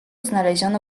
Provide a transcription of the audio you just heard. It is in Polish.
znaleziono